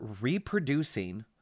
reproducing